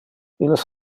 illes